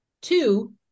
Two